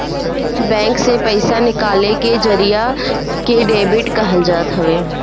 bank से पईसा निकाले के जरिया के डेबिट कहल जात हवे